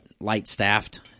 light-staffed